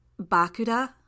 Bakuda